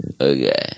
Okay